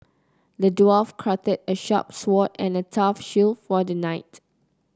the dwarf crafted a sharp sword and a tough shield for the knight